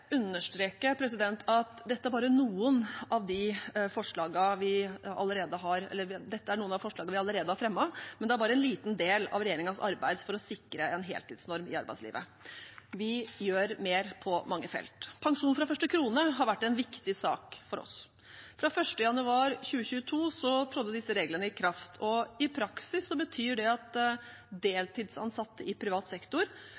understreke at dette er noen av de forslagene vi allerede har fremmet, men det er bare en liten del av regjeringens arbeid for å sikre en heltidsnorm i arbeidslivet. Vi gjør mer på mange felt. Pensjon fra første krone har vært en viktig sak for oss. Fra 1. januar 2022 trådde disse reglene i kraft, og i praksis betyr det at deltidsansatte i privat sektor